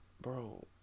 bro